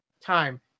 Time